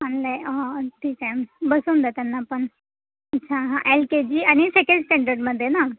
आणलं आहे ठीक आहे बसवून द्या त्यांना पण हां हां एल के जी आणि सेकंड स्टँडर्डमध्ये ना